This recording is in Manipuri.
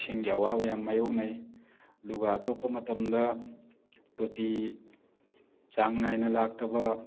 ꯏꯁꯤꯡꯒꯤ ꯑꯋꯥꯕ ꯌꯥꯝ ꯃꯥꯌꯣꯛꯅꯩ ꯑꯗꯨꯒ ꯑꯇꯣꯞꯄ ꯃꯇꯝꯗ ꯇꯣꯇꯤ ꯆꯥꯡ ꯅꯥꯏꯅ ꯂꯥꯛꯇꯕ